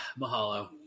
Mahalo